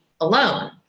alone